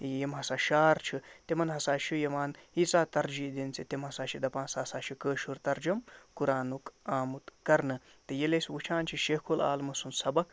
یِم ہسا شعر چھِ تِمَن ہسا چھُ یِوان ییٖژاہ ترجیع دِنہٕ زِ تِم ہسا چھِ دَپان سُہ ہسا چھِ کٲشُر تَرجُم قُرانُک آمُت کرنہٕ تہٕ ییٚلہِ أسۍ وٕچھان چھِ شیخ العالمہٕ سُنٛد سبق